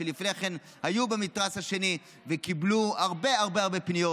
שלפני כן היו במתרס השני וקיבלו הרבה הרבה הרבה פניות.